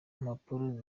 mpapuro